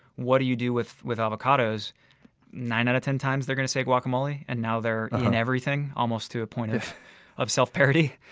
what do you do with with avocados? and nine out of ten times they're going to say guacamole. and now they're in everything, almost to a point of of self-parody.